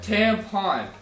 Tampon